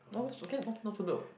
oh that's okay lah not not so bad what